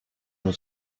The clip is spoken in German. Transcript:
nur